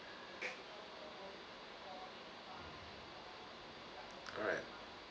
alright